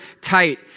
tight